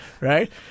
right